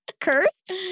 Cursed